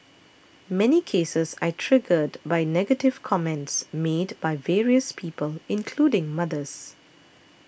many cases are triggered by negative comments made by various people including mothers